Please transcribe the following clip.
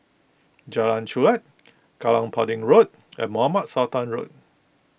Jalan Chulek Kallang Pudding Road and Mohamed Sultan Road